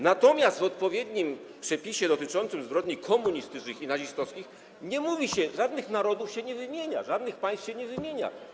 Natomiast w odpowiednim przepisie dotyczącym zbrodni komunistycznych i nazistowskich żadnych narodów się nie wymienia, żadnych państw się nie wymienia.